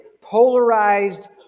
polarized